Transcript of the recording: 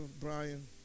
Brian